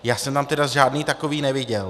Já jsem tam tedy žádný takový neviděl.